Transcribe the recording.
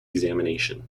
examination